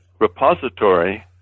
repository